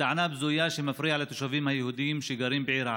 בטענה בזויה שהוא מפריע לתושבים היהודים שגרים בעיר העתיקה,